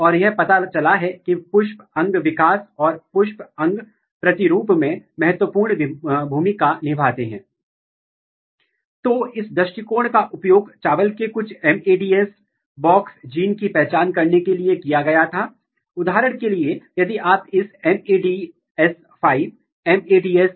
इसलिए इससे पहले कि Wild type पौधे वानस्पतिक चरण से प्रजनन चरण तक पहुंचते हैं जंगली प्रकार के पौधे के पास आमतौर पर लगभग 15 पत्ती होती हैं लेकिन यदि आप इस ft म्यूटेंट को देखते हैं तो वे ट्रांजिशन से पहले लगभग 40 पत्तियां बना रहे हैं जिसका मतलब है कि फूल आने में बहुत ही देरी है लेकिन यदि आप CONSTANST को ओवर एक्सप्रेस करते हैं यदि आप CONSTANST की मात्रा बढ़ाते हैं तो आप देख सकते हैं पुष्प जल्दी आ रहे है